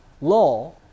law